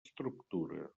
estructura